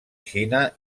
xina